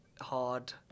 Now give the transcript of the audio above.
hard